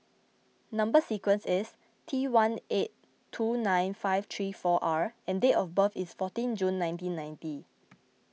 Number Sequence is T one eight two nine five three four R and date of birth is fourteen June nineteen ninety